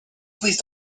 please